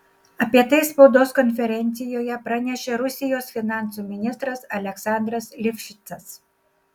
apie tai spaudos konferencijoje pranešė rusijos finansų ministras aleksandras livšicas